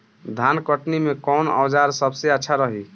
धान कटनी मे कौन औज़ार सबसे अच्छा रही?